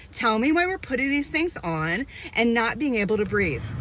tell me where we're putting these things on and not being able to breathe